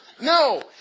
No